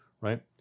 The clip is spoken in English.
right